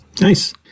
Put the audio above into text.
Nice